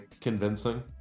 convincing